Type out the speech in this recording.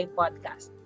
podcast